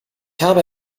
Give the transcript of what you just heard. habe